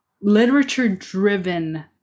literature-driven